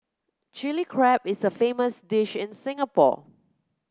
Chilli Crab is a famous dish in Singapore